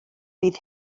fydd